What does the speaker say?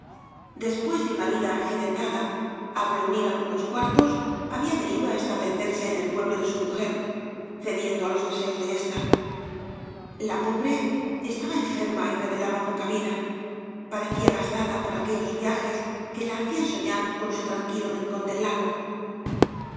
después de una vida accidentada al reunir algunos cuartos había venido á establecerse en el pueblo de su mujer cediendo á los deseos de ésta la pobre estaba enferma y revelaba poca vida parecía gastada por aquellos viajes que la hacían soñar con su tranquilo rincón del lago